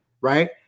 right